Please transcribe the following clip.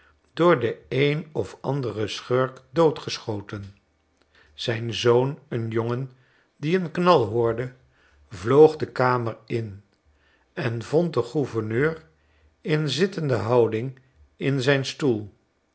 door den een of anderen schurk doodgeschoten zijn zoon een jongen die een knal hoorde vloog de kamer in en vond den gouverneur in zittende houding in zijn stoel